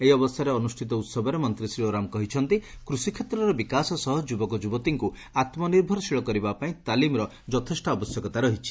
ଏହି ଅବସରରେ ଅନୁଷିତ ଉହବରେ ମନ୍ତୀ ଶ୍ରୀ ଓରାମ୍ କହିଛନ୍ତି କୃଷି କେତ୍ରର ବିକାଶ ସହ ଯୁବକ ଯୁବତୀଙ୍କୁ ଆତ୍ମନିଭରଶୀଳ କରିବା ପାଇଁ ତାଲିମ୍ର ଯଥେଷ୍ ଆବଶ୍ୟକତା ରହିଛି